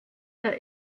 der